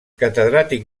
catedràtic